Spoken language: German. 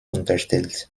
unterstellt